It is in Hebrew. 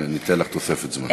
אז אני אתן לך תוספת זמן.